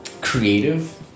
creative